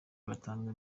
batanga